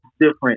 different